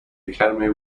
academy